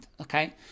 okay